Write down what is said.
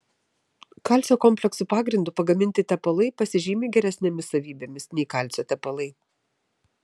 kalcio kompleksų pagrindu pagaminti tepalai pasižymi geresnėmis savybėmis nei kalcio tepalai